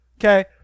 Okay